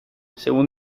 según